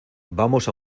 vamos